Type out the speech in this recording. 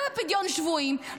לא בפדיון שבויים,